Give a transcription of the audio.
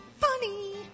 funny